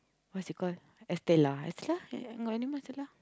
what's it called estella estella got any more estella